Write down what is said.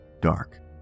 Dark